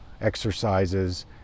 exercises